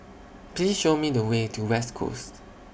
Please Show Me The Way to West Coast